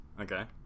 Okay